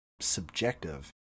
subjective